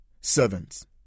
servants